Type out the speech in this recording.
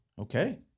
Okay